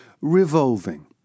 revolving